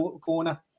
corner